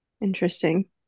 Interesting